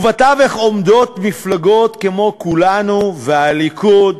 ובתווך עומדות מפלגות, כמו כולנו והליכוד,